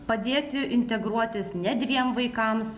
padėti integruotis ne dviem vaikams